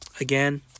again